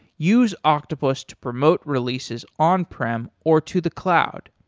use octopus to promote releases on prem or to the cloud.